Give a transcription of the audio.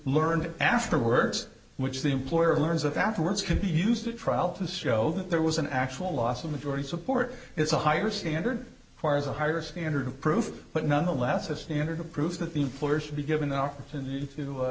learned afterwards which the employer learns of afterwards could be used at trial to show that there was an actual loss of majority support it's a higher standard far as a higher standard of proof but nonetheless a standard of proof that the employer should be given the opportunity